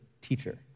teacher